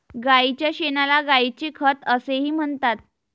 गायीच्या शेणाला गायीचे खत असेही म्हणतात